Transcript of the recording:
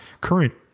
current